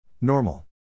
Normal